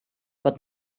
but